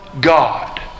God